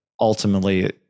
ultimately